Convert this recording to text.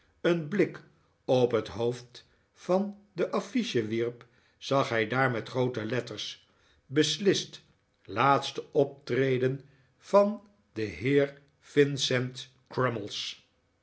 een blik op het hoofd van de affiche wierp zag hij daar met groote letters beslist laatste optreden van den heer vincent